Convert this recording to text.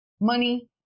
Money